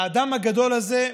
האדם הגדול הזה,